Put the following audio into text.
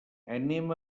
anem